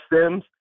Sims